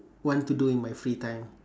want to do in my free time